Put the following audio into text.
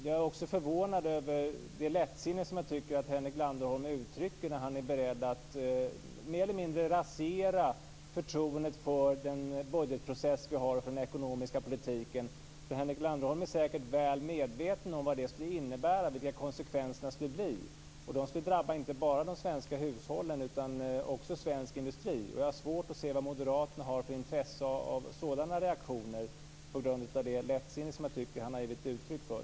Jag är också förvånad över det lättsinne som jag tycker att Henrik Landerholm ger uttryck för när han är beredd att mer eller mindre rasera förtroendet för den budgetprocess vi har för den ekonomiska politiken. Henrik Landerholm är säkert väl medveten om vad det skulle innebära och vilka konsekvenserna skulle bli. De skulle drabba inte bara de svenska hushållen utan också svensk industri. Jag har svårt att se vad Moderaterna har för intresse av sådana reaktioner på grund av det lättsinne som jag tycker att han har givit uttryck för.